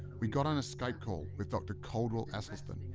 we got on a skype call with dr. caldwell esselstyn,